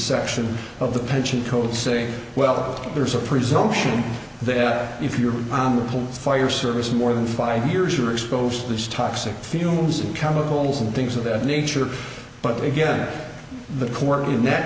section of the pension code say well there's a presumption that if you're on the police fire service more than five years are exposed to this toxic fumes and chemicals and things of that nature but again the core of th